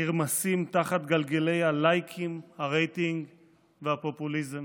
נרמסים תחת גלגלי הלייקים, הרייטינג והפופוליזם.